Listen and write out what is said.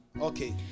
Okay